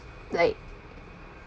like